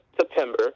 September